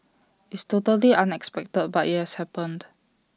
it's totally unexpected but IT has happened